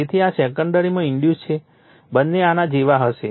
તેથી આ સેકન્ડરીમાં ઇન્ડુસ છે બંને આના જેવા હશે